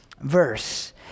verse